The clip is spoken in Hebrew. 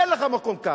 אין לך מקום כאן.